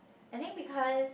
I think because